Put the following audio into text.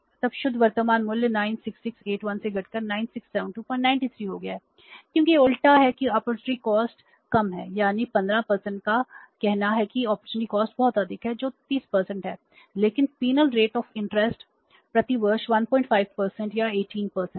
तब शुद्ध वर्तमान मूल्य 9681 से घटकर 967293 हो गया है क्योंकि यह उल्टा है कि अपॉर्चुनिटी कॉस्ट प्रति वर्ष 15 या 18 है